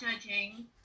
judging